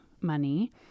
money